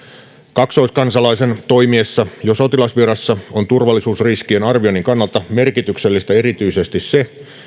kaksoiskansalaisen toimiessa jo sotilasvirassa on turvallisuusriskien arvioinnin kannalta merkityksellistä erityisesti se